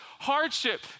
Hardship